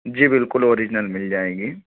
जी बिल्कुल ओरिजिनल मिल जाएँगी